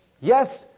Yes